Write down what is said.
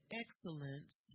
excellence